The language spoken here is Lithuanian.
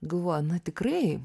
galvoju na tikrai